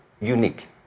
unique